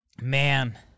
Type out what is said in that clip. Man